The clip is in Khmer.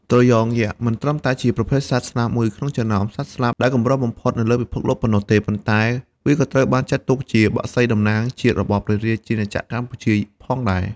ត្រយងយក្ស មិនត្រឹមតែជាប្រភេទសត្វស្លាបមួយក្នុងចំណោមសត្វស្លាបដែលកម្របំផុតនៅលើពិភពលោកប៉ុណ្ណោះទេ ប៉ុន្តែវាក៏ត្រូវបានចាត់ទុកជាបក្សីតំណាងជាតិរបស់ព្រះរាជាណាចក្រកម្ពុជាផងដែរ។